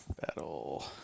Battle